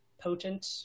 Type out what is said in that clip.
potent